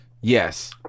Yes